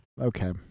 Okay